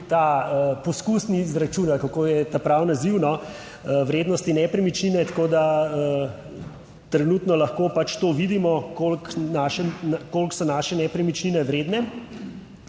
ta poskusni izračun, ali kako je ta pravi naziv vrednosti nepremičnine, tako da trenutno lahko pač to vidimo koliko naše, koliko so naše nepremičnine vredne.